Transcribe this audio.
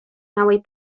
małej